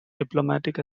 diplomatic